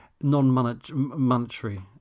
non-monetary